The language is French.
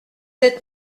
êtes